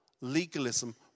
legalism